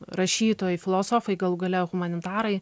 rašytojai filosofai galų gale humanitarai